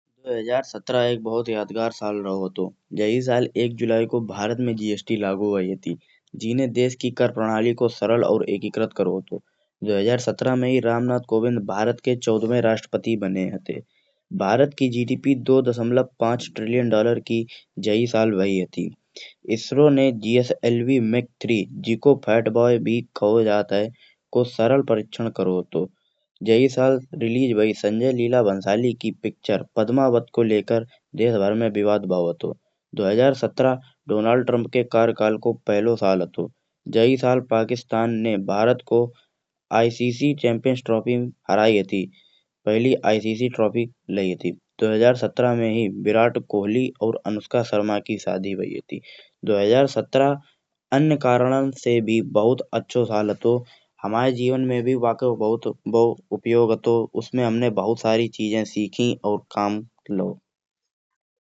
दो हजार सत्रह एक बहुत यादगार साल रहो आतो जेहि साल एक जुलाई को भारत में जीएसटी लागू भयी हती। जी ने देश की कर प्रणाली को सरल और एकीकृत करो आतो दो हजार सत्रह में ही रामनाथ कोविंद भारत के चौदहवे वे राष्ट्रपति बने हते। भारत की GDP two point five trillion dollar की जेहि साल भयी हती। इसरो ने जीएसएलवी माक थ्री भी कहो जात है को सरल परीक्षण करो आतो। जेहि साल रिलीज भयी संजय लीला भंसाली की पिक्चर पद्मावत को लेकर देश भर में विवाद भावो आतो। दो हजार सत्रह डोनाल्ड ट्रम्प कार्यकाल को पहिले साल आतो जेहि। साल पाकिस्तान ने भारत को आईसीसी चैंपियंस ट्रॉफी हराई हती पहली आईसीसी ट्रॉफी लाई हती। दो हजार सत्रह में ही विराट कोहली और अनुष्का शर्मा की शादी भयी हती। दो हजार सत्रह अन्य कारणन से भी बहुत अच्छी साल आतो हमाये जीवन में भी बाको बहुत उपयोग आतो। उसमे हमनें बहुत सारी चीजें सीखी और काम लाओ।